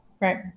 Right